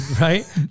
Right